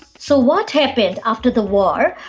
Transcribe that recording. so what happened after the war,